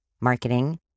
marketing